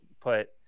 put